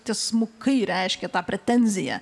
tiesmukai reiškė tą pretenziją